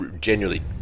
genuinely